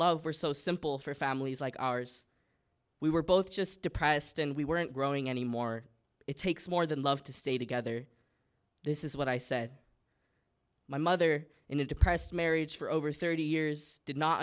love were so simple for families like ours we were both just depressed and we weren't growing anymore it takes more than love to stay together this is what i said my mother in a depressed marriage for over thirty years did not